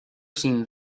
seen